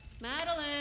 Madeline